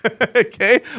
okay